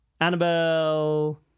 Annabelle